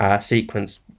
sequence